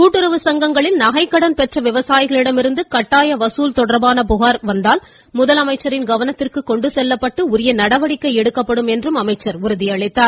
கூட்டுறவு சங்கங்களில் நகை கடன் பெற்ற விவசாயிகளிடமிருந்து கட்டாய வசூல் தொடர்பான புகார் வந்தால் முதலமைச்சரின் கவனத்திற்கு கொண்டு செல்லப்பட்டு நடவடிக்கை எடுக்கப்படும் என்றார்